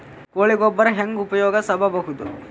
ಕೊಳಿ ಗೊಬ್ಬರ ಹೆಂಗ್ ಉಪಯೋಗಸಬಹುದು?